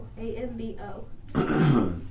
A-M-B-O